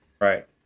Right